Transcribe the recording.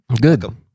Good